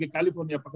California